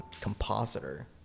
compositor